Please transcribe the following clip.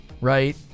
right